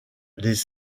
les